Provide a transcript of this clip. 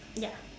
ya